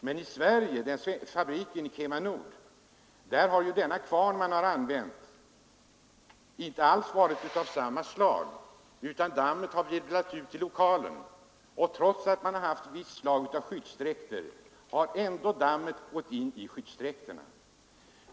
Men i Sverige, vid KemaNords fabrik, har den kvarn man använt inte alls varit av samma slag, utan dammet har virvlat ut i lokalen. Trots att personalen haft visst slag av skyddsdräkter har dammet kommit in i skyddsdräkterna.